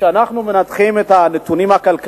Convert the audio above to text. חבר הכנסת גאלב